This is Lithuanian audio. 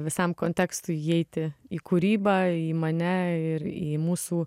visam kontekstui įeiti į kūrybą į mane ir į mūsų